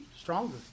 stronger